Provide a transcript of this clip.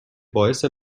باعث